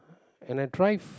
can I thrive